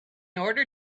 order